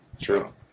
true